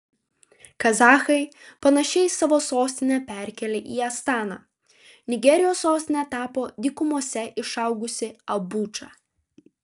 kazachai panašiai savo sostinę perkėlė į astaną nigerijos sostine tapo dykumose išaugusi abudža